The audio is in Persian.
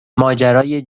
ماجرای